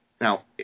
Now